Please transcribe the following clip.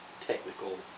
technical